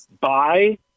buy –